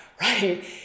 right